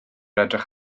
edrych